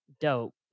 dope